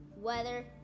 weather